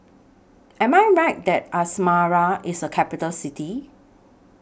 Am I Right that Asmara IS A Capital City